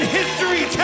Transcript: history